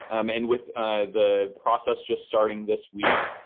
um and with the process just starting this week,